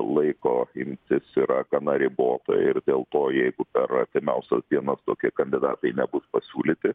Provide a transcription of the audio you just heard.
laiko imtis yra gana ribota ir dėl to jeigu per artimiausias dienas tokie kandidatai nebus pasiūlyti